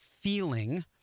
feeling